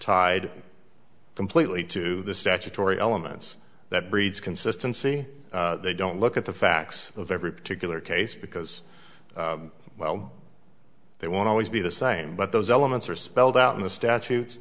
tied completely to the statutory elements that breeds consistency they don't look at the facts of every particular case because well they won't always be the same but those elements are spelled out in the statutes